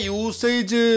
usage